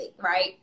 right